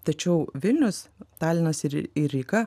tačiau vilnius talinas ir ir ryga